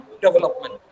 development